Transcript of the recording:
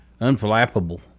Unflappable